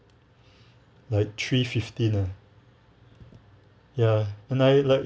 like three fifteen ah ya and I like